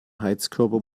heizkörper